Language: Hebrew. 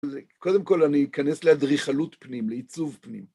קודם כל, אני אכנס להדריכלות פנים, לעיצוב פנים.